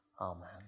Amen